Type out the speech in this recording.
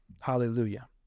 Hallelujah